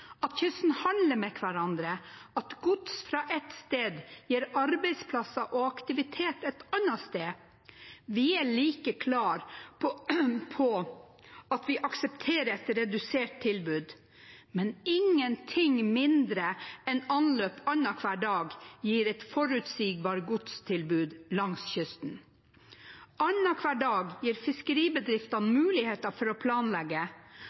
at man langs kysten handler med hverandre, at gods fra et sted gir arbeidsplasser og aktivitet et annet sted. Vi er like klare på at vi aksepterer et redusert tilbud, men ingen ting mindre enn anløp annenhver dag gir et forutsigbart godstilbud langs kysten. Annenhver dag gir fiskeribedrifter muligheter for å planlegge.